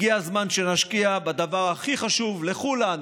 הגיע הזמן שנשקיע בדבר הכי חשוב לכולנו,